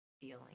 feeling